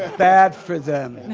ah bad for them,